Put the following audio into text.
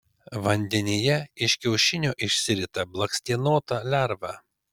vandenyje iš kiaušinio išsirita blakstienota lerva